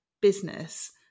business